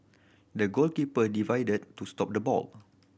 the goalkeeper divided to stop the ball